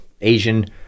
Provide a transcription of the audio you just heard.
Asian